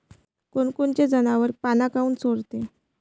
कोनकोनचे जनावरं पाना काऊन चोरते?